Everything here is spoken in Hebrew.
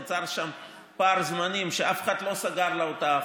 נוצר שם פער זמנים שאף אחד לא סגר לה אותו אחורה.